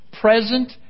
present